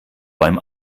beim